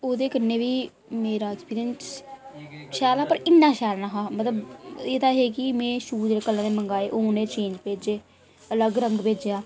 ओह्दे कन्नै बी मेरा ऐक्सपीरियंस शैल हा पर इन्ना शैल निहा मतलब एह्दा हे की मै शूज जेहड़े कलर दे मंगाए ओह् उ'नें चेंज भेजे अलग रंग भेजेआ